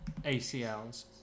ACLs